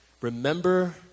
remember